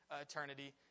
eternity